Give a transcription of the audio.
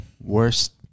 Worst